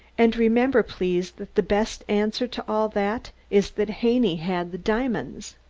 and remember, please, that the best answer to all that is that haney had the diamonds!